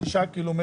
קילומטרים.